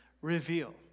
reveal